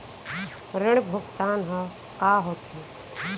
ऋण भुगतान ह का होथे?